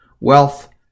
wealth